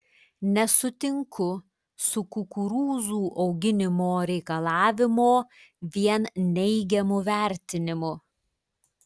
nesutinku su kukurūzų auginimo reikalavimo vien neigiamu vertinimu